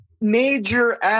major